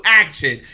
action